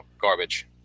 garbage